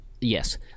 Yes